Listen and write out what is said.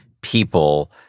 people